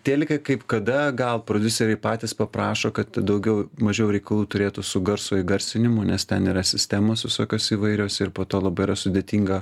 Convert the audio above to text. tėlikai kaip kada gal prodiuseriai patys paprašo kad daugiau mažiau reikalų turėtų su garso įgarsinimu nes ten yra sistemos visokios įvairios ir po to labai yra sudėtinga